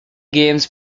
games